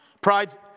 Pride